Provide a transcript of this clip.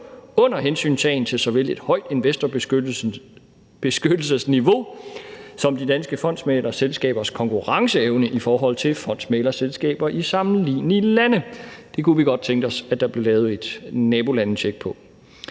under hensyntagen til såvel et højt investorbeskyttelsesniveau som de danske fondsmæglerselskabers konkurrenceevne i forhold til fondsmæglerselskaber i sammenlignelige lande. Det kunne vi godt tænke os at der blev lavet et nabolandetjek på.